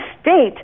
state